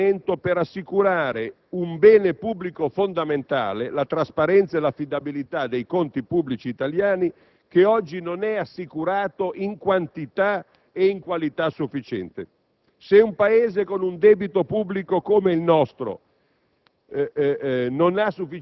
sul ruolo del Parlamento per assicurare un bene pubblico fondamentale, la trasparenza e l'affidabilità dei conti pubblici italiani, oggi non assicurato in quantità e qualità sufficiente. Se un Paese con un debito pubblico come il nostro